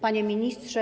Panie Ministrze!